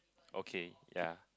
okay ya